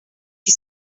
qui